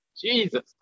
Jesus